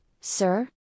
sir